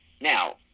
Now